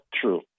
true